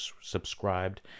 subscribed